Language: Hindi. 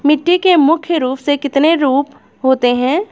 मिट्टी के मुख्य रूप से कितने स्वरूप होते हैं?